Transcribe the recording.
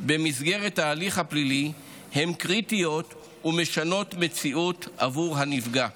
במסגרת ההליך הפלילי הן קריטיות ומשנות מציאות בעבור הנפגע,